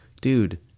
dude